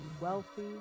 wealthy